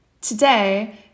Today